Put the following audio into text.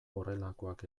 horrelakoak